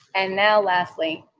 and now, lastly,